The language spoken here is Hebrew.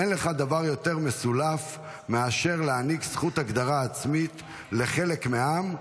אין לך דבר יותר מסולף מאשר להעניק זכות הגדרה עצמית לחלק מעם,